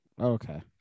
Okay